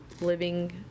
living